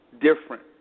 different